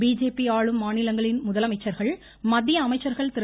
BJP ஆளும் மாநிலங்களின் முதலமைச்சர்கள் மத்திய அமைச்சர்கள் திரு